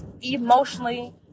emotionally